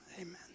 Amen